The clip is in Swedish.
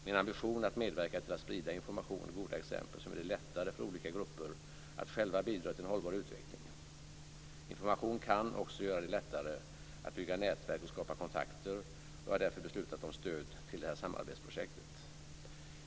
Min ambition är att medverka till att sprida information och goda exempel som gör det lättare för olika grupper att själva bidra till en hållbar utveckling. Information kan också göra det lättare att bygga nätverk och skapa kontakter, och jag har därför beslutat om stöd till det här samarbetsprojektet.